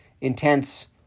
intense